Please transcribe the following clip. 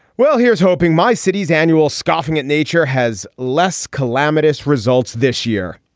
well, here's hoping my city's annual scoffing at nature has less calamitous results this year,